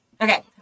okay